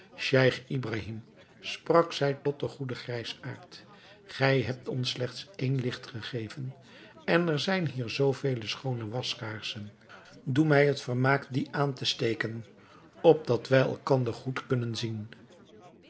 scheich ibrahim sprak zij tot den goeden grijsaard gij hebt ons slechts één licht gegeven en er zijn hier zoo vele schoone waskaarsen doe mij het vermaak die aan te steken opdat wij elkander goed kunnen zien